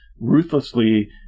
ruthlessly